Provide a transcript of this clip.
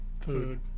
food